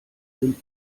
sind